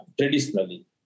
traditionally